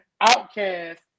outcast